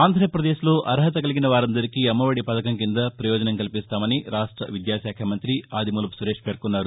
ఆంధ్రప్రదేశ్లో అర్హత కలిగిన వారందరికీ అమ్మ ఒడి పథకం కింద ప్రయోజనం కల్పిస్తామని రాష్ట విద్యాశాఖ మంత్రి ఆదిమూలపు సురేష్ పేర్కొనారు